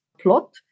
plot